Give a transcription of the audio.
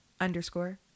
underscore